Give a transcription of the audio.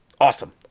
awesome